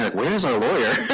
like, where is our lawyer.